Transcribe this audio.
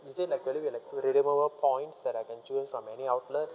is it like points that I can choose from many outlet